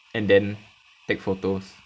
and then take photos